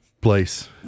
place